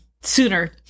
sooner